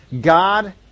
God